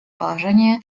положения